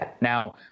Now